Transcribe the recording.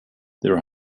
their